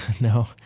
No